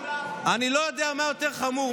אני לא יודע מה יותר חמור.